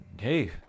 hey